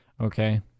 Okay